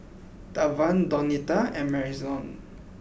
Davian Donita and Marion